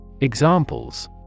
Examples